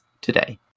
today